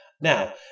Now